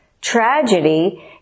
tragedy